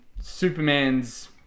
Superman's